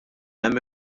hemm